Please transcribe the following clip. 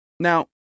Now